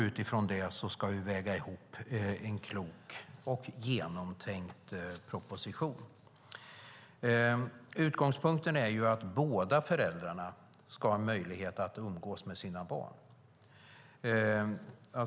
Regeringen ska väga ihop detta till en klok och genomtänkt proposition. Utgångspunkten är att båda föräldrarna ska ha möjlighet att umgås med sina barn.